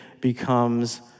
becomes